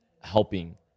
helping